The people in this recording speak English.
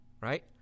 Right